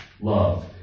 love